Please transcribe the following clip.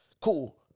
Cool